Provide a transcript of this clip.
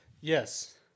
Yes